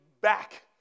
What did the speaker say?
back